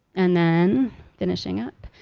and then finishing up,